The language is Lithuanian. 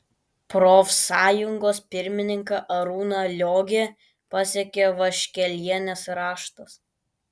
profsąjungos pirmininką arūną liogę pasiekė vaškelienės raštas